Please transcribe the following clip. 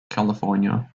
california